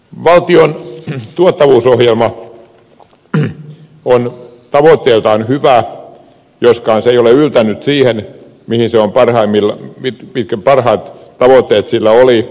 valtion tuottavuusohjelma on tavoitteeltaan hyvä joskaan se ei ole yltänyt siihen mitkä olivat sen parhaat tavoitteet